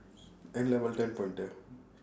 N level ten pointer